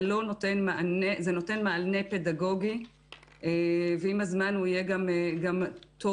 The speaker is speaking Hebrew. זה נותן מענה פדגוגי ועם הזמן הוא יהיה גם טוב.